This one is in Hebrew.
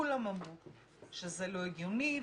כולם אמרו שזה לא הגיוני ,